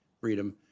freedom